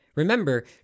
Remember